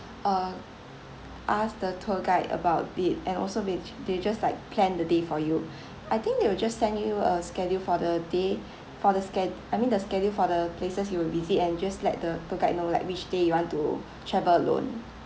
uh ask the tour guide about it and also which they just like plan the day for you I think they will just send you a schedule for the day for the sched~ I mean the schedule for the places you will visit and just let the tour guide know like which day you want to travel alone